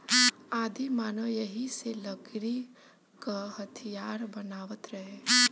आदिमानव एही से लकड़ी क हथीयार बनावत रहे